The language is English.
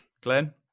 Glenn